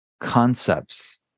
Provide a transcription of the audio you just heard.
concepts